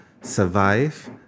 survive